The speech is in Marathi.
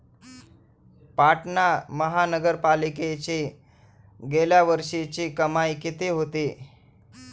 पाटणा महानगरपालिकेची गेल्या वर्षीची कमाई किती होती?